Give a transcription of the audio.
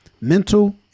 mental